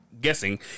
guessing